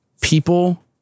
People